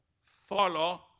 follow